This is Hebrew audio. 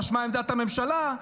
משמע עמדת הממשלה,